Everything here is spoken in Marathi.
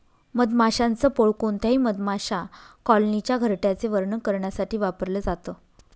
मधमाशांच पोळ कोणत्याही मधमाशा कॉलनीच्या घरट्याचे वर्णन करण्यासाठी वापरल जात